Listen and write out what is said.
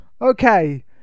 okay